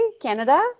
Canada